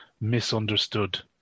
misunderstood